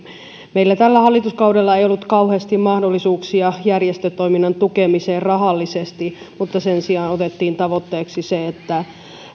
meillä tällä hallituskaudella ei ollut kauheasti mahdollisuuksia järjestötoiminnan tukemiseen rahallisesti mutta sen sijaan otettiin tavoitteeksi se että